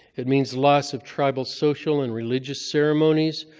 it means the loss of tribal social and religious ceremonies,